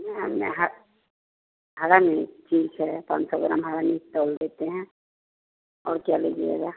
या में हरी मिर्ची है पाँच सौ ग्राम हरी मिर्च तोल देते हैं और क्या लीजिएगा